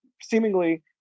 seemingly